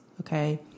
Okay